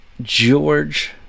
george